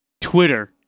Twitter